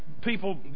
People